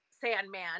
Sandman